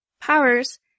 Powers